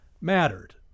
mattered